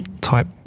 type